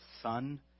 son